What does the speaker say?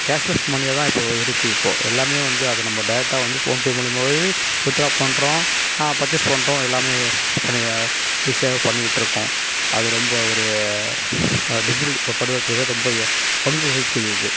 cashless மனியாக தான் இப்போது இருக்குது இப்போது எல்லாமே வந்து அதை நம்ம டேரெட்டாக வந்து ஃபோன்பே மூலயமாவே வித்ட்ரா பண்ணுறோம் பர்ச்சஸ் பண்ணுறோம் எல்லாமே பண்ணி இது சேவ் பண்ணிக்கிட்டு இருக்கோம் அது ரொம்ப ஒரு டிஜிட்டல் பரிவர்த்தனையில் ரொம்ப பங்கு வகிக்குது இது